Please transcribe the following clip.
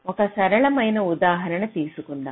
ఒక సరళమైన ఉదాహరణ తీసుకుందాం